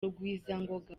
rugwizangoga